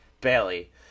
Bailey